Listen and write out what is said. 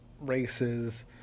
races